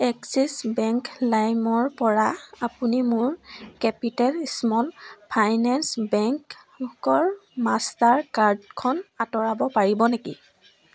axis bank লাইমৰ পৰা আপুনি মোৰ কেপিটেল স্মল ফাইনেন্স বেংকৰ মাষ্টাৰ কাৰ্ডখন আঁতৰাব পাৰিব নেকি